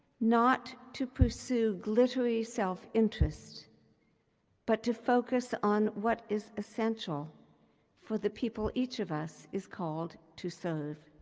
not to pursue glittery self-interest but to focus on what is essential for the people each of us is called to serve.